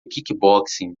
kickboxing